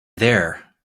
there